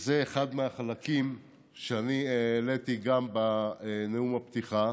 שזה אחד הדברים שאני העליתי בנאום הפתיחה,